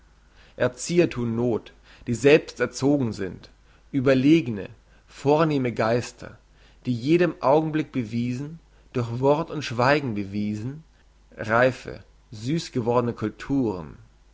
erzieher thun noth die selbst erzogen sind überlegene vornehme geister in jedem augenblick bewiesen durch wort und schweigen bewiesen reife süss gewordene culturen